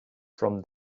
from